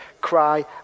cry